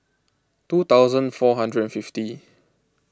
two thousand four hundred fifty